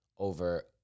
over